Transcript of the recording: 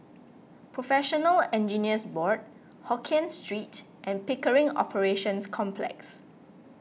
Professional Engineers Board Hokkien Street and Pickering Operations Complex